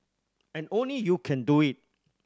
and only you can do it